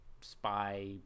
spy